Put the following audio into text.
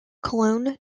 cologne